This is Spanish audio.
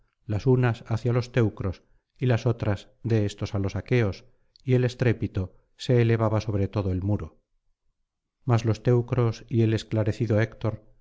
las unas hacia los teucros y las otras de éstos á los aqueos y el estrépito se elevaba sobre todo el muro mas los teucros y el esclarecido héctor